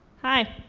hi,